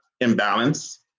imbalance